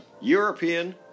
European